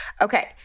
Okay